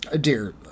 dear